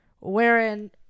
wearing